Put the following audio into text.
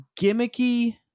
gimmicky